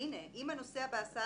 עניין ניסוחי,